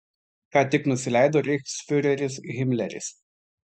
ką tik nusileido reichsfiureris himleris